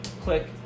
click